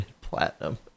platinum